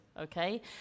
okay